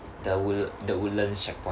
the woodl~ the woodlands checkpoint